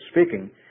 speaking